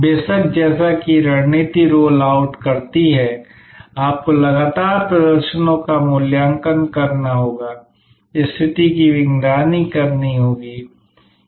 बेशक जैसा कि रणनीति रोल आउट करती है आपको लगातार प्रदर्शनों का मूल्यांकन करना होगा स्थिति की निगरानी करना होगा